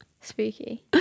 spooky